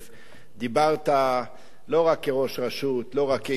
דיברת לא רק כראש רשות, לא רק כאיש ציבור,